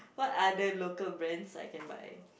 what other local brands I can buy